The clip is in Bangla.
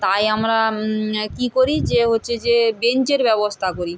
তাই আমরা কী করি যে হচ্ছে যে বেঞ্চের ব্যবস্থা করি